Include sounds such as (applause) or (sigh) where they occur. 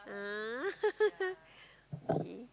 ah (laughs) okay